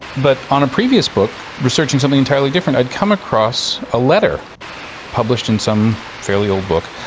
but on a previous book, researching something entirely different, i had come across a letter published in some fairly old book,